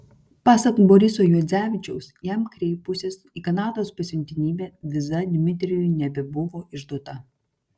pasak boriso juodzevičiaus jam kreipusis į kanados pasiuntinybę viza dmitrijui nebebuvo išduota